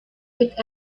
with